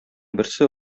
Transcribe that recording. берсе